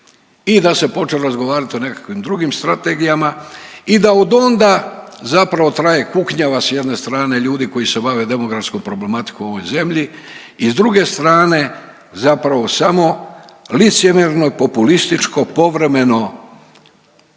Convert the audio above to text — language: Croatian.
i da se počelo razgovarati o nekakvim drugim strategijama i da od onda zapravo traje kuknjava sa jedne strane ljudi koji se bave demografskom problematikom u ovoj zemlji i s druge strane zapravo samo licemjerno, populističko povremeno